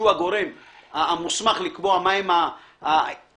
שהוא הגורם המוסמך לקבוע מהם הכלים